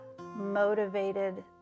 motivated